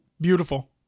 Beautiful